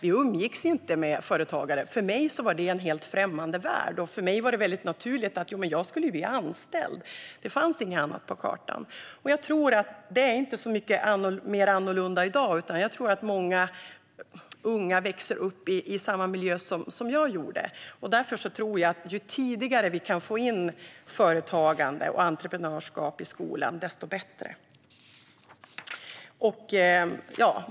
Vi umgicks inte med företagare - för mig var det en helt främmande värld. För mig var det naturligt att jag skulle bli anställd; det fanns inget annat på kartan. Jag tror inte att det är så annorlunda i dag. Jag tror att många unga växer upp i samma miljö som jag gjorde. Därför tror jag att ju tidigare vi kan få in företagande och entreprenörskap i skolan, desto bättre.